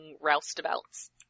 roustabouts